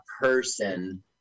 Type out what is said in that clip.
person